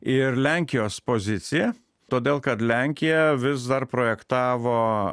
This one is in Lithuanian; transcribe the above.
ir lenkijos pozicija todėl kad lenkija vis dar projektavo